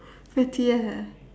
fatty eh